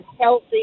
healthy